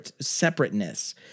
separateness